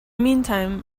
meantime